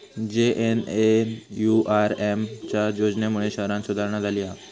JNNURM च्या योजनेमुळे शहरांत सुधारणा झाली हा